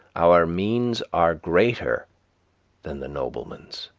our means are greater than the nobleman's.